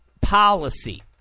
policy